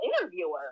interviewer